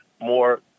more